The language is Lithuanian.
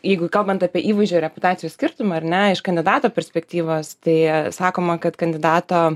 jeigu kalbant apie įvaizdžio reputacijos skirtumą ar ne iš kandidato perspektyvos tai sakoma kad kandidato